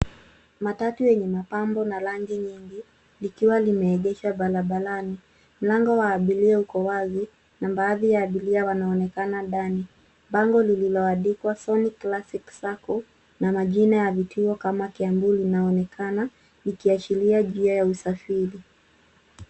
Matatu yenye mapambo na rangi nyingi likiwa limeegeshwa barabarani. Mlango wa abiria uko wazi na baadhi ya abiria wanaonekana ndani. Bango lililoandikwa Sony Classic Sacco na majina ya vituo kama Kiambu linaonekana likiashiria njia ya usafiri.